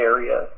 Area